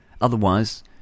Otherwise